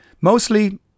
mostly